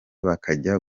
bakajya